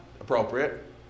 Appropriate